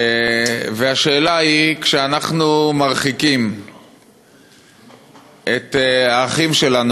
והשאלה היא: כשאנחנו מרחיקים את האחים שלנו,